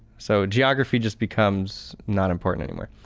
so, geography just becomes not important anymore.